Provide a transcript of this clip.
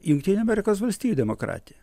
jungtinių amerikos valstijų demokratija